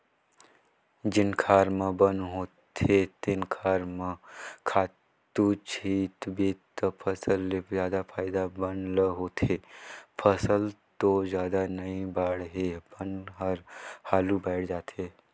जेन खार म बन होथे तेन खार म खातू छितबे त फसल ले जादा फायदा बन ल होथे, फसल तो जादा नइ बाड़हे बन हर हालु बायड़ जाथे